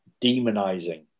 demonizing